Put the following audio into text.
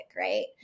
right